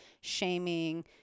shaming